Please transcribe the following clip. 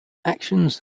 actions